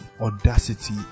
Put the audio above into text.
audacity